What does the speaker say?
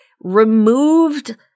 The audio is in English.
removed